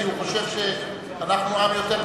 כי הוא חושב שאנחנו עם יותר טוב.